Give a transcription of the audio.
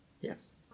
Yes